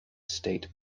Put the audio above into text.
state